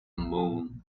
moon